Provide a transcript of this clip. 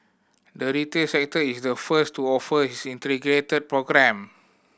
the retail sector is the first to offer his integrated programme